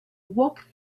walk